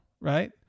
right